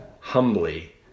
humbly